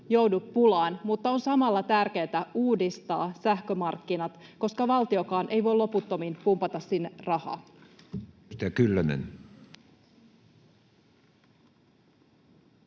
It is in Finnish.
joudu pulaan, mutta on samalla tärkeätä uudistaa sähkömarkkinat, koska valtiokaan ei voi loputtomiin pumpata sinne rahaa.